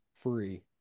Free